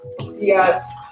Yes